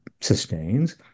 sustains